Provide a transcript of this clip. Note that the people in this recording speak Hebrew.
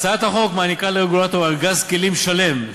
הצעת החוק נותנת לרגולטור ארגז כלים שלם,